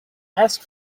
ask